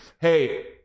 hey